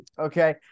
Okay